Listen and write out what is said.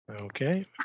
Okay